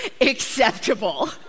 acceptable